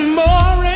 more